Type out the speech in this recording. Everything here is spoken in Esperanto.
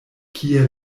kie